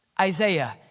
Isaiah